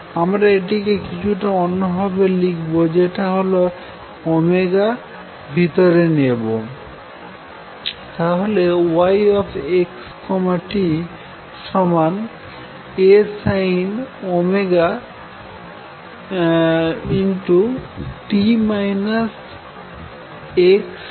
আমরা এটিকে কিছুটা অন্যভাবে লিখবো যেটা হল ভিতরে নেবো তাহলে y x t A sin ω t x v